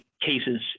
cases